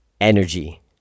Energy